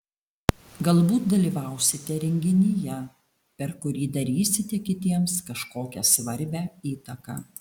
galbūt dalyvausite renginyje per kurį darysite kitiems kažkokią svarbią įtaką